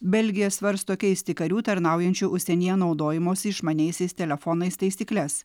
belgija svarsto keisti karių tarnaujančių užsienyje naudojimosi išmaniaisiais telefonais taisykles